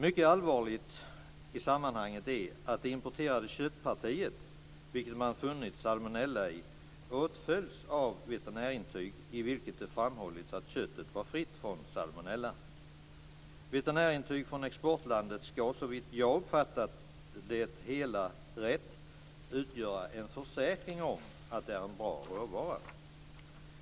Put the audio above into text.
Mycket allvarligt i sammanhanget är att det importerade köttparti som man funnit salmonella i åtföljs av ett veterinärintyg i vilket det framhålls att köttet var fritt från salmonella. Veterinärintyg från exportlandet ska, om jag uppfattat det hela rätt, utgöra en försäkring om att det är en god råvara.